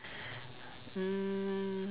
mm